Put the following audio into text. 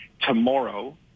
tomorrow